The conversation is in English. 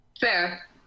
Fair